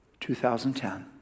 2010